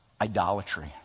idolatry